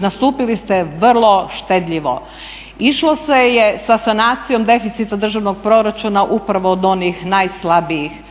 nastupili ste vrlo štedljivo. Išlo se je sa sanacijom deficita državnog proračuna upravo od onih najslabijih.